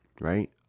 right